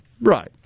right